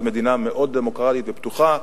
במדינה מאוד דמוקרטית ופתוחה,